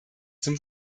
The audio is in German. zum